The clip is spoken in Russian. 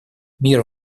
мир